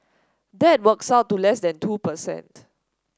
that works out to less than two per cent